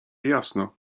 jasno